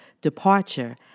departure